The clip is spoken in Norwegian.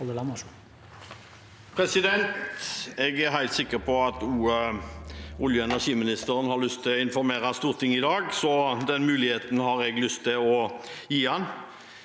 Jeg er helt sikker på at også olje- og energiministeren har lyst til å informere Stortinget i dag, så den muligheten har jeg lyst til å gi ham.